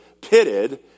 pitted